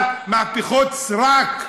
אבל מהפכות סרק.